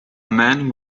man